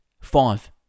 Five